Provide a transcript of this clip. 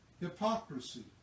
hypocrisy